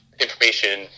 information